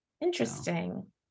Interesting